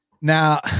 now